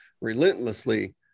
relentlessly